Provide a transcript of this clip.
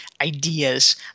ideas